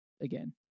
again